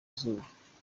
izuba